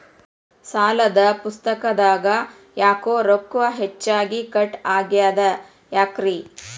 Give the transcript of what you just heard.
ಸಾಲದ ಪುಸ್ತಕದಾಗ ಯಾಕೊ ರೊಕ್ಕ ಹೆಚ್ಚಿಗಿ ಕಟ್ ಆಗೆದ ಯಾಕ್ರಿ?